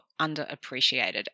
underappreciated